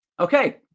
okay